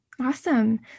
Awesome